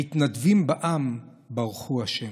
המתנדבים בעם ברכו ה'.